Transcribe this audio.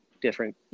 different